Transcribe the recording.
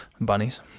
bunnies